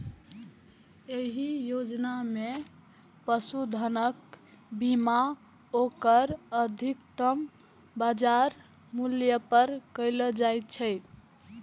एहि योजना मे पशुधनक बीमा ओकर अधिकतम बाजार मूल्य पर कैल जाइ छै